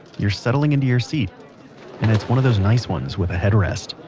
you're settling into your seat and it's one of the nice ones with a headrest,